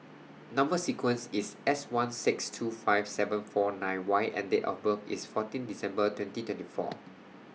Number sequence IS S one six two five seven four nine Y and Date of birth IS fourteen December twenty twenty four